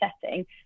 setting